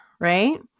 right